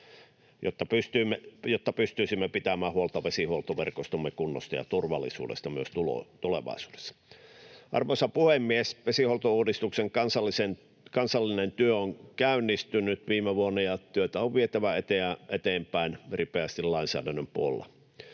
jotta pystyisimme pitämään huolta vesihuoltoverkostomme kunnosta ja turvallisuudesta myös tulevaisuudessa. Arvoisa puhemies! Vesihuoltouudistuksen kansallinen työ on käynnistynyt viime vuonna, ja työtä on vietävä eteenpäin ripeästi lainsäädännön puolella.